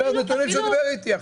אלה הנתונים שהוא דיבר איתי עכשיו.